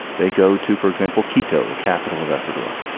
they go to, for example, quito, the capital of ecuador,